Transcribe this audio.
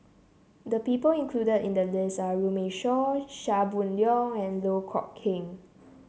the people included in the list are Runme Shaw Chia Boon Leong and Loh Kok Heng